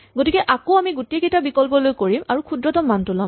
গতিকে আকৌ আমি গোটেইকেইটা বিকল্প লৈ কৰিম আৰু ক্ষুদ্ৰতম মানটো ল'ম